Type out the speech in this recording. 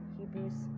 Hebrews